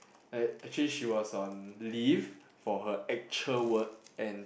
like actually she was on leave for her actual work and